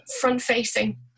front-facing